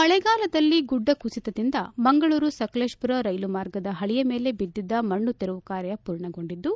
ಮಳೆಗಾಲದಲ್ಲಿ ಗುಡ್ಡ ಕುಸಿತದಿಂದ ಮಂಗಳೂರು ಸಕಲೇಶಪುರ ರೈಲು ಮಾರ್ಗದ ಪಳಿ ಮೇಲೆ ಬದಿದ್ದ ಮಣ್ಣು ತೆರವು ಕಾರ್ಯ ಪೂರ್ಣಗೊಂಡಿದ್ದು